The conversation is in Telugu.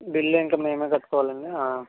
బిల్ ఇంక మేము కట్టుకోవాలండి